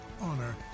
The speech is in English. honor